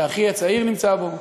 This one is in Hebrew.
שאחי הצעיר נמצא בו,